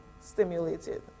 stimulated